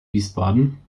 wiesbaden